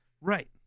Right